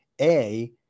A-